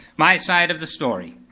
my side of the story.